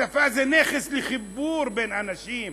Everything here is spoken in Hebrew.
שפה זה נכס לחיבור בין אנשים,